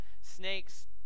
snake's